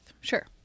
sure